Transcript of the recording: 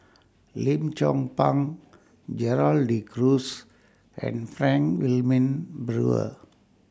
Lim Chong Pang Gerald De Cruz and Frank Wilmin Brewer